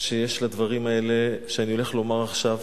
שיש לדברים האלה שאני הולך לומר עכשיו.